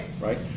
Right